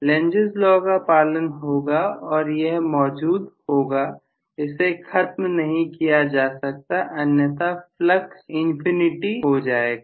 length law Lenz's lawका पालन होगा और यह मौजूद होगा इसे खत्म नहीं किया जा सकता अन्यथा फ्लक्स इंफिनिटी हो जाएगा